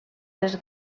les